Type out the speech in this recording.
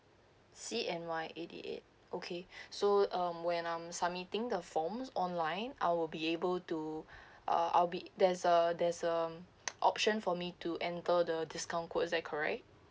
C_N_Y eighty eight okay so um when I'm submitting the forms online I will be able to uh I will be there's a there's um option for me to enter the discount code is that correct